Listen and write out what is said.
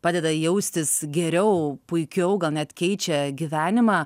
padeda jaustis geriau puikiau gal net keičia gyvenimą